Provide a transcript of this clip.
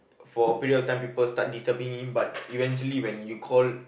for a period of time people start disturbing him but eventually when you call